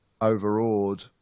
overawed